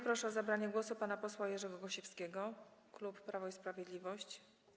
Proszę o zabranie głosu pana posła Jerzego Gosiewskiego, klub Prawo i Sprawiedliwość.